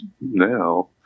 now